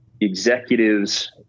executives